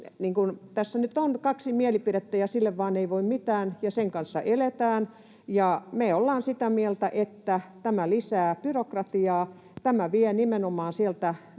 Tässä nyt on kaksi mielipidettä, ja sille vain ei voi mitään, ja sen kanssa eletään. Me ollaan sitä mieltä, että tämä lisää byrokratiaa. Tämä vie nimenomaan sieltä